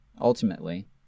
ultimately